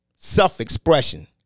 Self-expression